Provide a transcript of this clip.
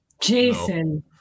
Jason